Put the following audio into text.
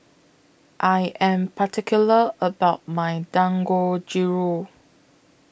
I Am particular about My Dangojiru